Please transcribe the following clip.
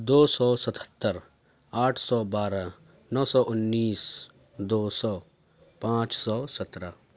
دو سو ستتر آٹھ سو بارہ نو سو انیس دو سو پانچ سو سترہ